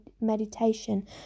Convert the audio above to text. meditation